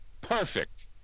Perfect